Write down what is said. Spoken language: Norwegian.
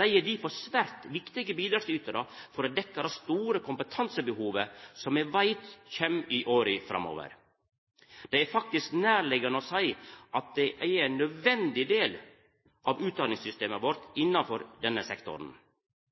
Dei er difor svært viktige bidragsytarar for å dekkje det store kompetansebehovet som me veit kjem i åra framover. Det er faktisk nærliggjande å seia at dei er ein nødvendig del av utdanningssystemet vårt innanfor denne sektoren.